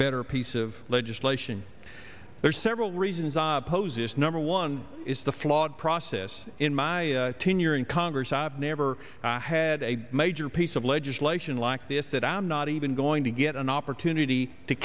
better piece of legislation there's several reasons i suppose it's number one is the flawed process in my tenure in congress i've never had a major piece of legislation like this that i'm not even going to get an opportunity to